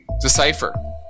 decipher